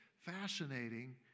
fascinating